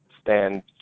stand